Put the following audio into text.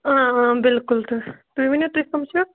بِلکُل تہٕ تُہۍ ؤنیُو تُہۍ کَم چھُو